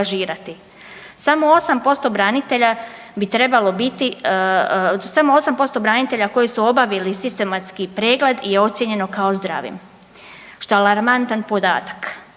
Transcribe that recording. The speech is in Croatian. samo 8% branitelja koji su obavili sistematski pregled je ocijenjeno kao zdravim što je alarmantan podatak.